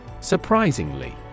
Surprisingly